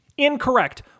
incorrect